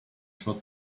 short